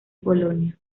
polonia